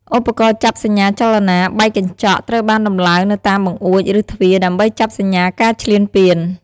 ឧបករណ៍ចាប់សញ្ញាចលនា បែកកញ្ចក់ ត្រូវបានដំឡើងនៅតាមបង្អួច ឬទ្វារ ដើម្បីចាប់សញ្ញាការឈ្លានពាន។